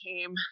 came